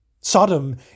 Sodom